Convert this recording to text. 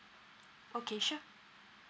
okay sure